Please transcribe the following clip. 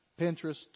Pinterest